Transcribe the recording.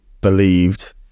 believed